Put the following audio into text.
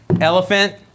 Elephant